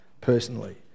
personally